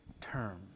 term